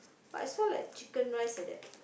but I saw like chicken rice like that